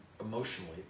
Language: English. emotionally